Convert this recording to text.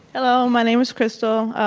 hello. my name is crystal.